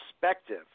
perspective